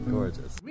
Gorgeous